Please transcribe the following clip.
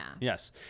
Yes